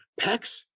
Pecs